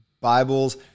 Bibles